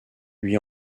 lui